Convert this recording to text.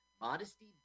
Modesty